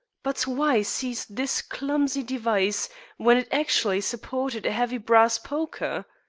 but why seize this clumsy device when it actually supported a heavy brass poker?